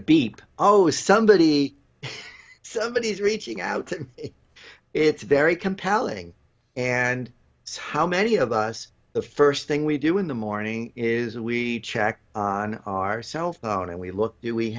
a beep oh somebody somebody is reaching out it's very compelling and how many of us the first thing we do in the morning is we check on our cell phone and we look do we